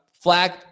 flag